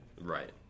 right